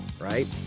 right